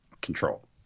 control